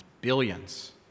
billions